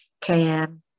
KM